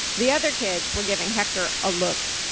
the other kids were giving hector a look.